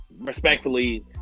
respectfully